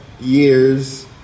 years